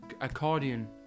accordion